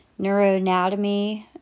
Neuroanatomy